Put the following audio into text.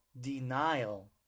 denial